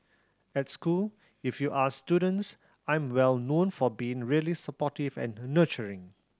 at school if you ask students I'm well known for being really supportive and nurturing